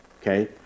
okay